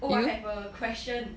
oh I have a question